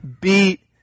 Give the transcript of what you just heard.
beat